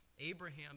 Abraham